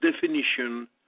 definition